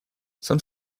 some